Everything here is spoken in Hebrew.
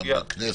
גם לכנסת.